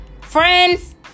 Friends